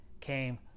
came